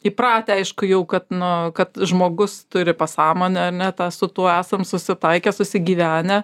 įpratę aišku jau kad nu kad žmogus turi pasąmonę ar ne tą su tuo esam susitaikę susigyvenę